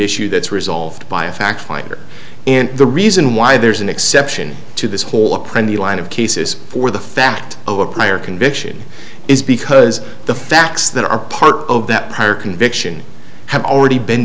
issue that's resolved by a fact finder and the reason why there's an exception to this whole plan the line of cases for the fact of a prior conviction is because the facts that are part of that prior conviction have already been